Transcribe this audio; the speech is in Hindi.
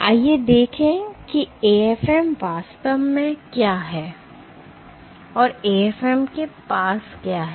तो आइए देखें कि AFM वास्तव में क्या है और AFM के पास क्या है